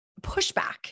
pushback